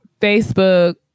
facebook